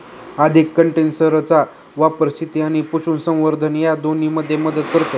अधिक कंडेन्सरचा वापर शेती आणि पशुसंवर्धन या दोन्हींमध्ये मदत करतो